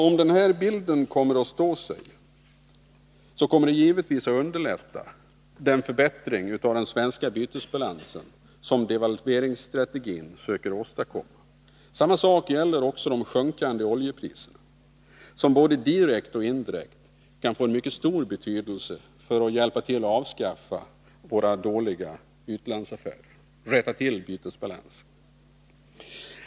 Om den här bilden står sig kommer det givetvis att underlätta den förbättring av den svenska bytesbalansen som man med devalveringsstrategin försökt åstadkomma. Samma sak gäller de sjunkande oljepriserna, som både direkt och indirekt kan få mycket stor betydelse för att hjälpa till att avskaffa våra dåliga utlandsaffärer, dvs. rätta till bytesbalansen.